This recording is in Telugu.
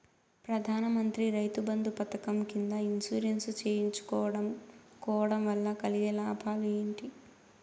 ప్రధాన మంత్రి రైతు బంధు పథకం కింద ఇన్సూరెన్సు చేయించుకోవడం కోవడం వల్ల కలిగే లాభాలు ఏంటి?